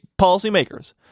policymakers